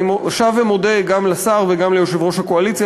אני שב ומודה גם לשר וגם ליושב-ראש הקואליציה